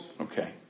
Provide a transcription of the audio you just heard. Okay